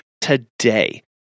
today